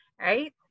right